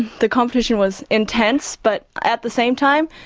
the competition was intense but at the same time,